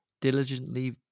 diligently